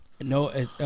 No